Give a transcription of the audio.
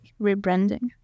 rebranding